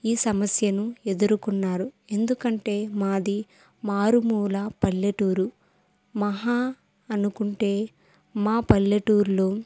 ఈ సమస్యను ఎదుర్కొన్నారు ఎందుకంటే మాది మారుమూల పల్లెటూరు మహా అనుకుంటే మా పల్లెటూరులో